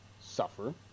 suffer